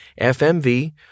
FMV